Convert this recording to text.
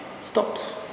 stops